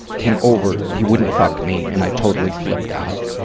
him over, he wouldn't fuck me, and i totally flipped out.